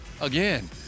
again